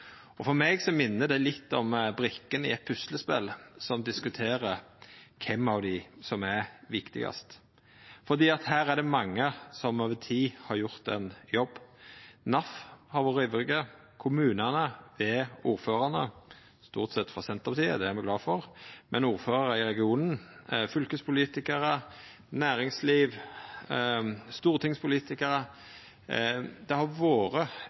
For meg minner det litt om at brikkene i eit puslespel diskuterer kven av dei som er viktigast. Her er det mange som har gjort ein jobb over tid: NAF har vore ivrige, kommunane ved ordførarane i regionen – stort sett frå Senterpartiet, og det er me glade for – fylkespolitikarar, næringsliv, stortingspolitikarar. Det har vore